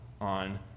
on